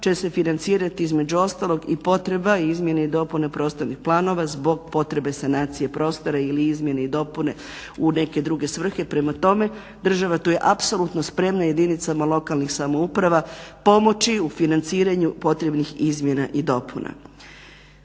će se financirat između ostalog i potreba izmjene i dopune prostornih planova zbog potrebe sanacije prostora ili izmjene i dopune u neke druge svrhe. Prema tome, država tu je apsolutno spremna jedinicama lokalnih samouprava pomoći u financiranju potrebnih izmjena i dopuna.